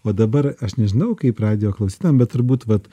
o dabar aš nežinau kaip radijo klausytojam bet turbūt vat